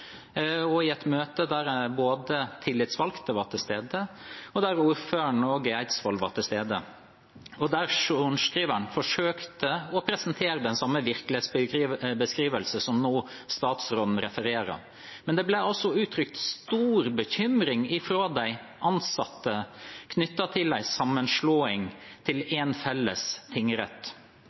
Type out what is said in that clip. et møte der både tillitsvalgte og også ordføreren i Eidsvoll var til stede. Der forsøkte sorenskriveren å presentere den samme virkelighetsbeskrivelsen som statsråden nå refererer til. Det ble altså uttrykt stor bekymring fra de ansatte knyttet til en sammenslåing til en felles tingrett.